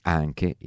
anche